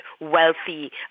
wealthy